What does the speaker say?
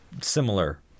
similar